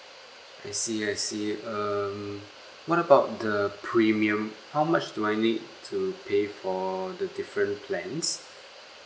I see I see um what about the premium how much do I need to pay for the different plans